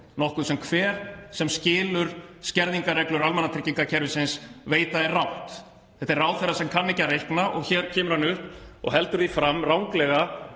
nokkuð sem hver sem skilur skerðingarreglur almannatryggingakerfisins veit að er rangt. Þetta er ráðherra sem kann ekki að reikna og hér kemur hann upp og heldur því fram ranglega